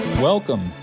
Welcome